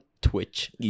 Twitch